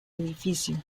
edificio